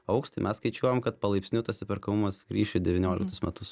augs tai mes skaičiuojam kad palaipsniui tas įperkamumas grįš į devynioliktus metus